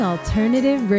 Alternative